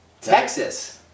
Texas